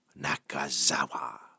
Nakazawa